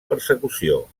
persecució